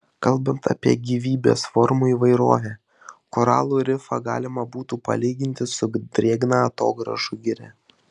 kalbant apie gyvybės formų įvairovę koralų rifą galima būtų palyginti su drėgna atogrąžų giria